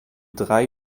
drei